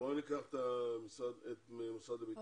מאיתנו עבודה משמעותית פנימה.